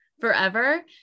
forever